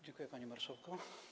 Dziękuję, panie marszałku.